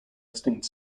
extinct